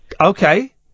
Okay